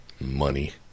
Money